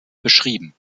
beschrieben